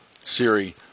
Siri